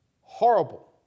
horrible